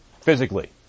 physically